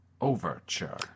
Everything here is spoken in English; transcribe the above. overture